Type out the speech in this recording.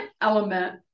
element